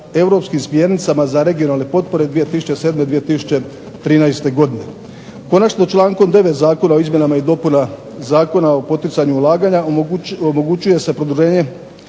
europskim smjernicama za regionalne potpore 2007.-2013. godine. Konačno člankom 9. Zakona o izmjenama i dopunama Zakona o poticanju ulaganja omogućuje se produženje